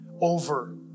over